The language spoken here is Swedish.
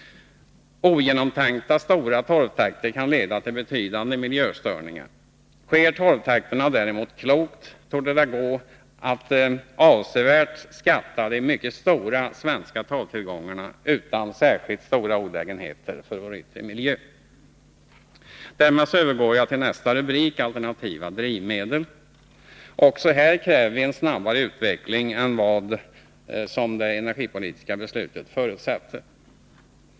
Ogenomtänkta stora torvtäkter kan leda till betydande miljöstörningar. Uppförs torvtäkterna däremot klokt, torde det gå att avsevärt skatta de mycket stora svenska torvtillgångarna utan särskilda olägenheter för vår yttre miljö. Därmed övergår jag till nästa rubrik i betänkandet, Alternativa drivmedel. Också här kräver vi en snabbare utveckling än vad det energipolitiska beslutet förutsätter.